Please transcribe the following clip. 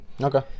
okay